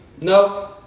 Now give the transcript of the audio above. No